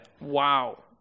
Wow